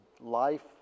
life